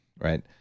right